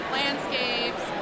landscapes